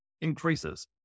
increases